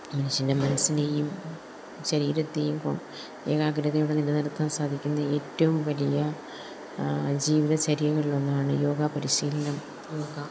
മനുഷ്യൻ്റെ മനസ്സിനെയും ശരീരത്തേയും ഇപ്പോൾ ഏകാഗ്രതയോടെ നിലനിർത്താൻ സാധിക്കുന്ന ഏറ്റവും വലിയ ജീവിതചര്യകളിലൊന്നാണ് യോഗ പരിശീലനം യോഗ